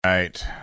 Right